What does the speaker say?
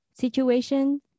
situation